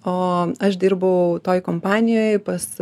o aš dirbau toj kompanijoj pas